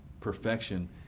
perfection